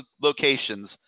locations